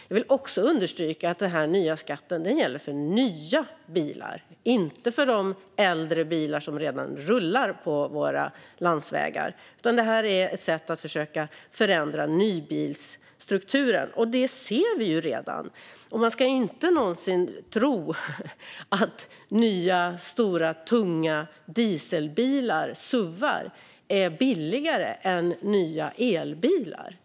Jag vill också understryka att den nya skatten gäller för nya bilar, inte för de äldre bilar som redan rullar på våra landsvägar. Detta är ett sätt att försöka förändra nybilsstrukturen, och en sådan förändring ser vi redan. Man ska inte heller tro att nya, stora, tunga dieselbilar, suvar, är billigare än nya elbilar.